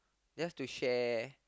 just to share